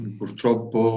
purtroppo